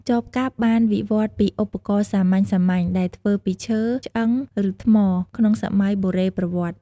ចបកាប់បានវិវត្តន៍ពីឧបករណ៍សាមញ្ញៗដែលធ្វើពីឈើ ឆ្អឹង ឬថ្ម ក្នុងសម័យបុរេប្រវត្តិ។